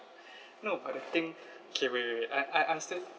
no but the thing K wait wait wait I I I still